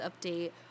update